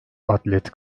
atlet